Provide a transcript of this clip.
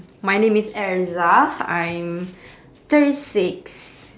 my name is erza I'm thirty six